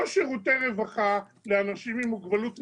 לא שירותי רווחה לאנשים עם מוגבלות מסוימת,